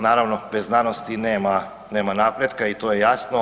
Naravno bez znanosti nema napretka i to je jasno.